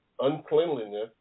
uncleanliness